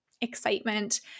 excitement